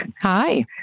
Hi